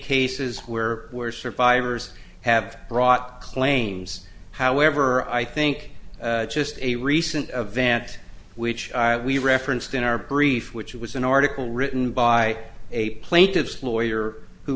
cases where where survivors have brought claims however i think just a recent event which we referenced in our brief which was an article written by a plaintiff's lawyer who